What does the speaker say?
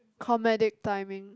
accommodate timing